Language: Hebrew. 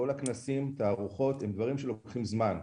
כנסים ותערוכות הם דברים שלוקחים זמן.